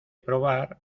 probar